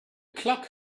clock